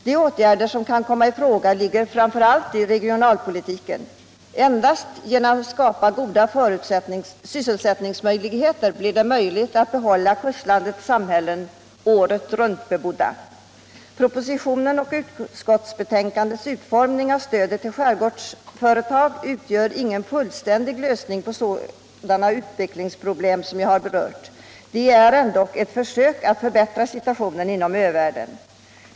De åtgärder som kan komma i fråga ligger framför allt i regionalpolitiken. Endast genom att skapa goda sysselsättningsmöjligheter blir det möjligt att behålla kustlandets samhällen året-runt-bebodda. Propositionens och utskottsbetänkandets utformning av stödet till skärgårdsföretag utgör ingen fullständig lösning på sådana utvecklingsproblem som jag här har berört. De utgör ändock ett försök att förbättra situationen inom övärlden.